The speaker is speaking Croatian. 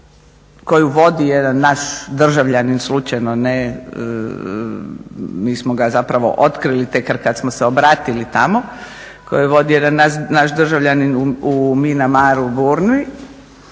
koju vodi jedan naš državljanin, slučajno smo ga zapravo otkrili tek kada smo se obratili tamo, koji vodi jedan naš državljanin u Myanmar u Burmi.